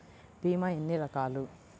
భీమ ఎన్ని రకాలు?